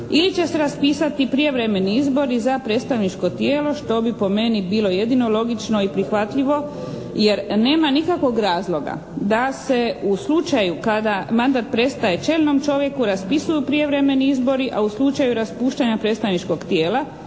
ili će se raspisati prijevremeni izbori za predstavničko tijelo što bi po meni bilo jedino logično i prihvatljivo jer nema nikakvog razloga da se u slučaju kada mandat prestaje čelnom čovjeku raspisuju prijevremeni izbori, a u slučaju raspuštanja predstavničkog tijela